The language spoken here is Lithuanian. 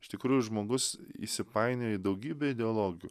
iš tikrųjų žmogus įsipainioja į daugybę ideologių